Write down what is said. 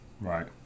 Right